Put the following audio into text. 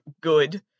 good